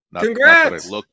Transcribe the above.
Congrats